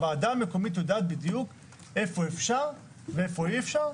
הוועדה המקומית יודעת בדיוק איפה אפשר ואיפה אי אפשר.